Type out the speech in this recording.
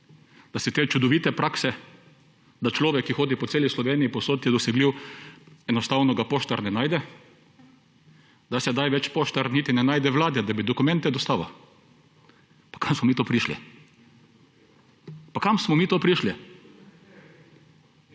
da se te čudovite prakse, da človek, ki hodi po celi Sloveniji, povsod je dosegljiv, pa enostavno ga poštar ne najde. Sedaj več poštar niti ne najde vlade, da bi dokumente dostavil. Pa kam smo mi to prišli? Pa kam smo mi to prišli?